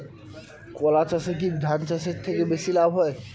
কলা চাষে কী ধান চাষের থেকে বেশী লাভ হয়?